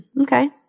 Okay